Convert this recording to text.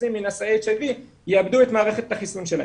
מנשאי HIV יאבדו את מערכת החיסון שלהם.